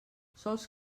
sols